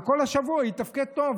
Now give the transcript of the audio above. וכל השבוע יתפקד טוב,